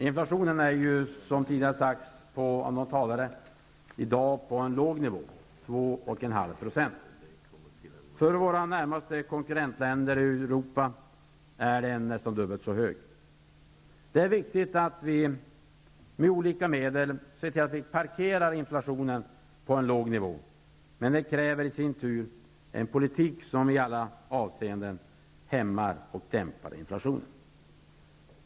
Inflationen ligger, som andra talare tidigare har sagt, i dag på en låg nivå, 2,5 %. I våra närmaste konkurrentländer i Europa är den nästan dubbelt så hög. Det är viktigt att vi med olika medel ser till att parkera inflationen på en låg nivå, men det kräver i sin tur en politik som i alla avseenden hämmar och dämpar inflationen.